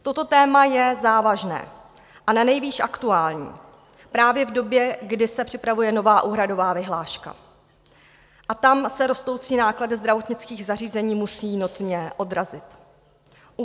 Toto téma je závažné a nanejvýš aktuální právě v době, kdy se připravuje nová úhradová vyhláška, a tam se rostoucí náklady zdravotnických zařízení musí notně odrazit.